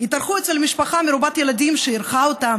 התארחו אצל משפחה מרובת ילדים שאירחה אותם,